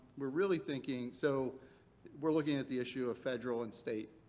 we're really thinking. so we're looking at the issue of federal and state